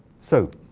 so